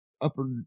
upper